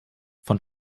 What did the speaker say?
von